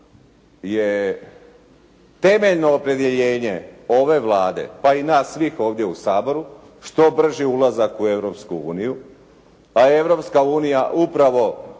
je temeljno opredjeljenje ove Vlade, pa i nas svih ovdje u Saboru što brži ulazak u Europsku uniju,